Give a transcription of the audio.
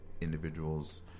individuals